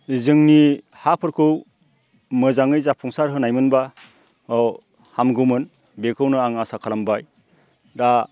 जोंनि हाफोरखौ मोजाङै जाफुंसार होनायमोनबा हामगौमोन बेखोनो आं आसा खालामबाय दा